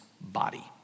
body